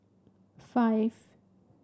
five